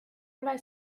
ole